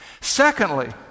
Secondly